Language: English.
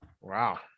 Wow